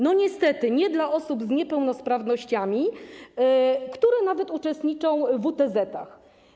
Niestety, nie dla osób z niepełnosprawnościami, które nawet uczestniczą w WTZ-ach.